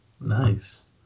Nice